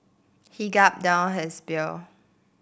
he gulped down his beer